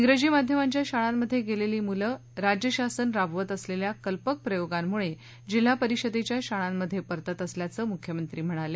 अजी माध्यमांच्या शाळांमधे गेलेली मूलं राज्यशासन राबवत असलेल्या कल्पक प्रयोगांमुळे जिल्हा परिषदेच्या शाळांमध्ये परतत असल्याचं मुख्यमंत्री म्हणाले